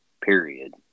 period